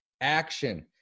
action